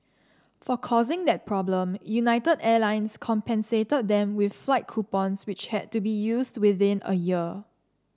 for causing that problem United Airlines compensated them with flight coupons which had to be used within a year